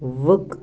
وٕق